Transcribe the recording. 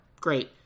Great